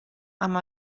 amb